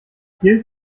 gilt